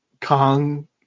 Kong